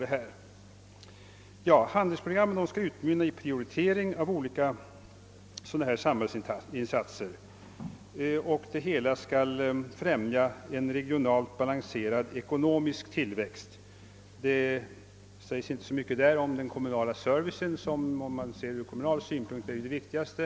Statsrådet anför att programmen skall mynna ut i en prioritering av de olika samhällsinsatserna med sikte på att samordna och koncentrera dessa insatser, så att de på bästa möjliga sätt främjar en regionalt balanserad ekonomisk tillväxt. Han säger inte så mycket om hur man ser på detta ur kommunal synpunkt, vilket är det viktigaste.